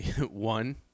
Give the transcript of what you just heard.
one